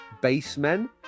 basemen